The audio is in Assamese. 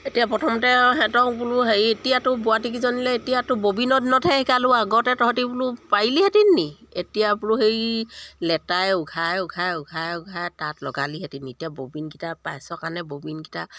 এতিয়া প্ৰথমতে সিহঁতক বোলো হেৰি এতিয়াতো বোৱাৰিকেইজনীলে এতিয়াতো ববিনৰ দিনতহে শিকালোঁ আগতে তহঁতে বোলো পাৰিলিহেঁতেন নেকি এতিয়াৰ বোলো সেই লেটাই উঘাই উঘাই উঘাই উঘাই তাঁত লগালিহেঁতেন এতিয়া ববিনকেইটা পাইছ কাৰণে ববিনকেইটা